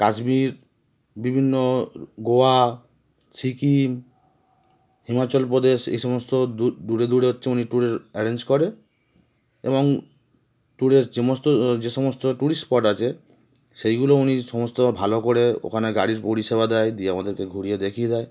কাশ্মীর বিভিন্ন গোয়া সিকিম হিমাচল প্রদেশ এই সমস্ত দূরে দূরে হচ্ছে উনি ট্যুরের অ্যারেঞ্জ করে এবং ট্যুরের যেসমস্ত যে সমস্ত ট্যুরিস্ট স্পট আছে সেইগুলো উনি সমস্ত ভালো করে ওখানে গাড়ির পরিষেবা দেয় দিয়ে আমাদেরকে ঘুরিয়ে দেখিয়ে দেয়